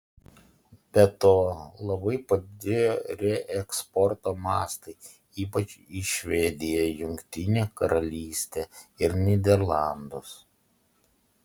be to labai padidėjo reeksporto mastai ypač į švediją jungtinę karalystę ir nyderlandus